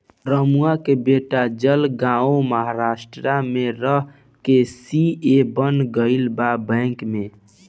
रमुआ के बेटा जलगांव महाराष्ट्र में रह के सी.ए बन गईल बा बैंक में